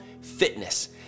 fitness